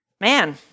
Man